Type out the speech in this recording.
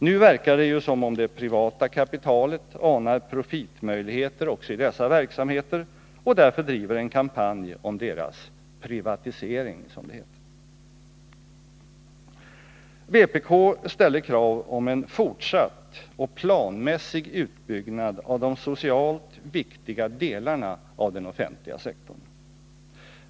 Nu verkar det ju som om det privata kapitalet anar profitmöjligheter också i dessa verksamheter och därför driver en kampanj om deras privatisering, som det heter. Vpk ställer krav om en fortsatt och planmässig utbyggnad av de socialt viktiga delarna av den offentliga sektorn.